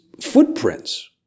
footprints